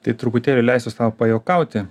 tai truputėlį leisiu sau pajuokauti